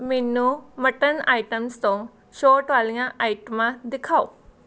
ਮੈਨੂੰ mutton items ਤੋਂ ਛੋਟ ਵਾਲੀਆਂ ਆਈਟਮਾਂ ਦਿਖਾਓ